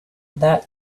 that